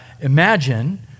imagine